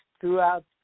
throughout